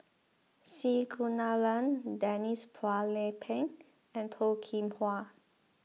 C Kunalan Denise Phua Lay Peng and Toh Kim Hwa